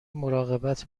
مراقبت